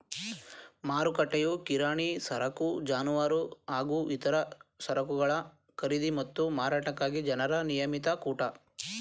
ಮಾರುಕಟ್ಟೆಯು ಕಿರಾಣಿ ಸರಕು ಜಾನುವಾರು ಹಾಗೂ ಇತರ ಸರಕುಗಳ ಖರೀದಿ ಮತ್ತು ಮಾರಾಟಕ್ಕಾಗಿ ಜನರ ನಿಯಮಿತ ಕೂಟ